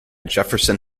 jefferson